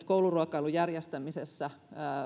kouluruokailun järjestämisessä